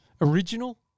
original